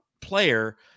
player